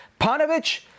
Panovich